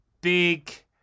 big